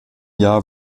jahr